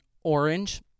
orange